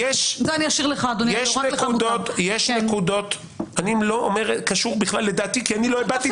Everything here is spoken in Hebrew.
יש נקודות לא הבעתי